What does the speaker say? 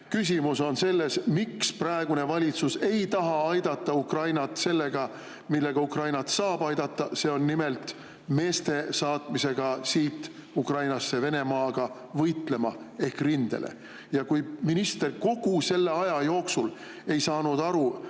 Küsimus on selles, miks praegune valitsus ei taha aidata Ukrainat sellega, millega Ukrainat saab aidata, nimelt meeste saatmisega siit Ukrainasse Venemaaga võitlema ehk rindele. Ja kui minister kogu selle aja jooksul ei saanud aru,